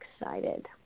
excited